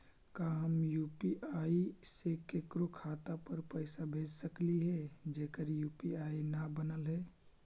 का हम यु.पी.आई से केकरो खाता पर पैसा भेज सकली हे जेकर यु.पी.आई न बनल है?